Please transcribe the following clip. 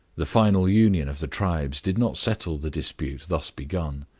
the final union of the tribes did not settle the dispute thus begun.